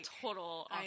total